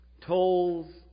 Tolls